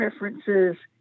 references